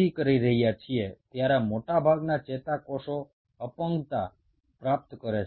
এরপর বেশিরভাগ নিউরন অক্ষমতা অর্জন করে